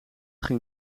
ging